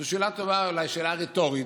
זו שאלה טובה אולי כשאלה רטורית.